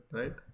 right